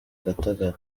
gatagara